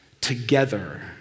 together